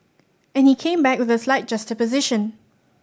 and he came back with a slight juxtaposition